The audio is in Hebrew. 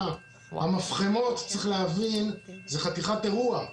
המפחמות, צריך להבין, זה חתיכת אירוע.